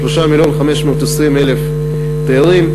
3 מיליון ו-520,000 תיירים,